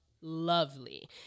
lovely